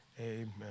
amen